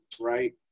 right